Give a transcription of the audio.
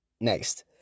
next